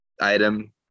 item